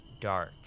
dark